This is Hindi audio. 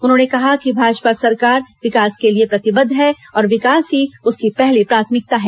उन्होंने कहा कि भाजपा सरकार विकास के लिए प्रतिबद्ध है और विकास ही उसकी पहली प्राथमिकता है